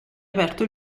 aperto